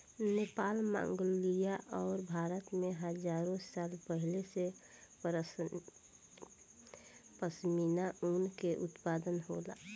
Nepal, Mongolia आ भारत में हजारो साल पहिले से पश्मीना ऊन के उत्पादन होला